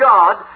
God